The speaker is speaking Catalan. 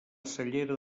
cellera